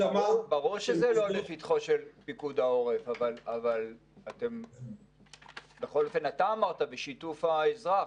ברור שזה לא לפתחו של פיקוד העורף אבל בכל אופן אתה אמרת בשיתוף האזרח,